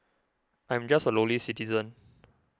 I'm just a lowly citizen